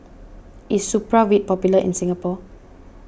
is Supravit popular in Singapore